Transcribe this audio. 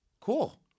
Cool